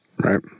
Right